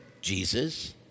Jesus